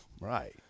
Right